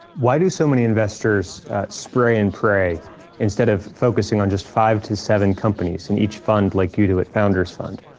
why do so many investors spray and pray instead of focusing on just five to seven companies in each fund like you do at founders fund?